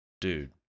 dude